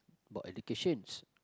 about educations